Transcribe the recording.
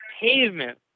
pavement